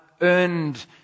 earned